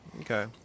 Okay